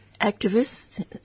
activists